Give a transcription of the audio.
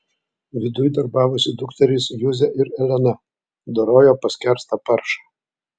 viduj darbavosi dukterys juzė ir elena dorojo paskerstą paršą